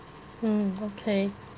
mm okay